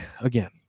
again